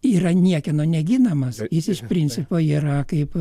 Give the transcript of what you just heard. yra niekieno neginamas jis iš principo yra kaip